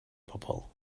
bobol